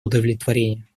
удовлетворения